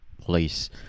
place